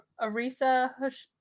Arisa